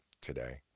today